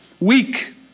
weak